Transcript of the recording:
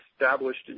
established